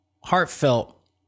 heartfelt